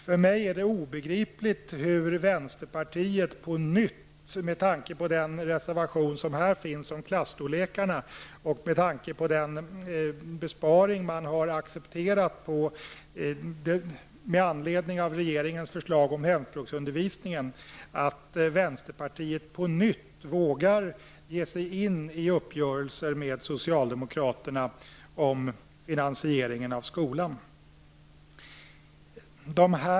Det är för mig obegripligt hur vänsterpartiet på nytt, med tanke på den reservation som finns här om klasstorlekarna och med tanke på de besparingar som man har accepterat med anledning av regeringens förslag om hemspråksundervisningen, vågar ge sig in i uppgörelser med socialdemokraterna om finansieringen av skolan.